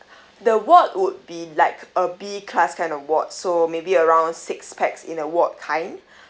the ward would be like a B class kind of ward so maybe around six pax in a ward kind